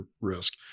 risk